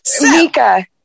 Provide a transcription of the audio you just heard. Mika